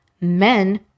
men